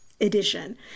edition